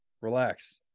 relax